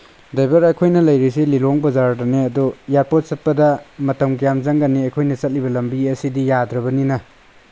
driver ꯑꯩꯈꯣꯏꯅ ꯂꯩꯔꯤꯁꯦ ꯂꯤꯂꯣꯡ ꯕꯖꯥꯔꯗꯅꯦ ꯑꯗꯨ ꯑꯦꯌꯥꯔꯄꯣꯔꯠ ꯆꯠꯄꯗ ꯃꯇꯝ ꯀꯌꯥꯝ ꯆꯪꯒꯅꯤ ꯑꯩꯈꯣꯏꯅ ꯆꯠꯂꯤꯕ ꯂꯝꯕꯤ ꯑꯁꯤꯗꯤ ꯌꯥꯗ꯭ꯔꯕꯅꯤꯅ